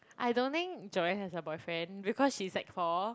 I don't think Joanne has a boyfriend because she sec four